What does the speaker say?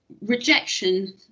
rejection